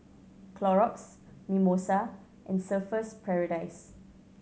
Clorox Mimosa and Surfer's Paradise